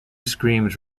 screams